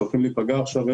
שהולכים להיפגע עכשיו,